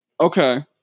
Okay